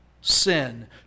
sin